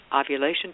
ovulation